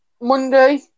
Monday